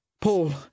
Paul